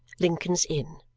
lincoln's inn